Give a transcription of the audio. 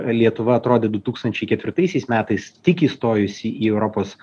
lietuva atrodė du tūkstančiai ketvirtaisiais metais tik įstojusi į europos